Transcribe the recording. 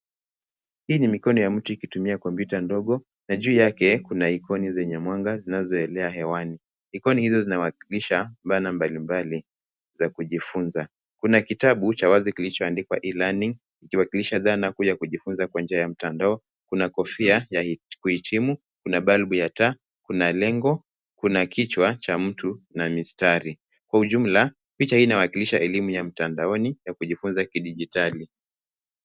Hii ni mikono ya mtu ikitumia kompyuta ndogo na juu yake kuna ikoni zenye mwanga zinazoelea hewani. Ikoni hizo zinawakilisha dhana mbalimbali za kujifunza. Kuna kitabu cha wazi kilichoandikwa E-Learning ikiwakilisha dhana kuu ya kujifunza kwa njia ya mtandao. kuna kofia ya kuhitimu, kuna balbu ya taa, kuna lengo, kuna kichwa cha mtu na mistari. Kwa ujumla picha hii inawakilisha elimu ya mtandaoni ya kujifunza kidijitali.